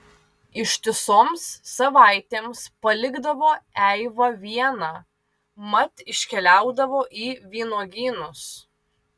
ištisoms savaitėms palikdavo eivą vieną mat iškeliaudavo į vynuogynus